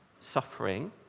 suffering